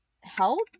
help